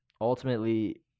ultimately